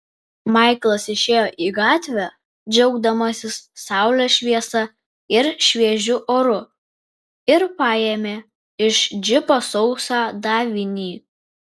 maiklas išėjo į gatvę džiaugdamasis saulės šviesa ir šviežiu oru ir paėmė iš džipo sausą davinį